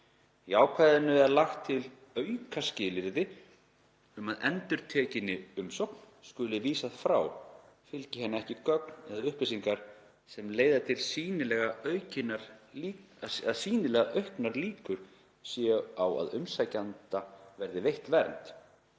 Í ákvæðinu er lagt til aukaskilyrði um að endurtekinni umsókn skuli vísað frá, fylgi henni ekki gögn eða upplýsingar sem leiði til þess að sýnilega auknar líkur séu á að umsækjanda verði veitt vernd,